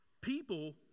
People